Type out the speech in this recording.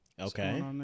Okay